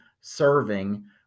serving